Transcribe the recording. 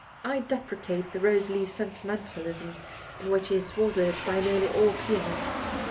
i deprecate the rose-leaf sentimentalism in which he is swathed by nearly all pianists.